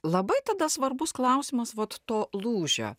labai tada svarbus klausimas vat to lūžio